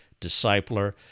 discipler